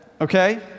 okay